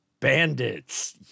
Bandits